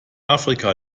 afrika